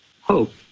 hope